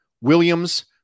Williams